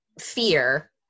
fear